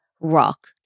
rock